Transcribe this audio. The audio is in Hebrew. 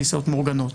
טיסות מאורגנות.